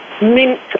mint